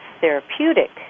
therapeutic